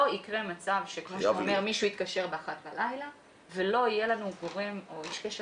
לא יקרה מצב שמישהו מתקשר ב-1:00 בלילה ולא יהיה לנו גורם או איש קשר